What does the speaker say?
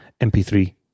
MP3